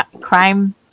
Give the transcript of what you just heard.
crime